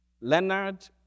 Leonard